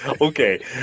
Okay